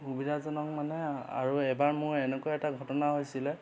সুবিধাজনক মানে আৰু এবাৰ মোৰ এনেকুৱা এটা ঘটনা হৈছিলে